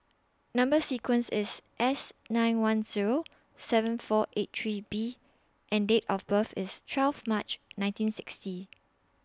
Number sequence IS S nine one Zero seven four eight three B and Date of birth IS twelve March nineteen sixty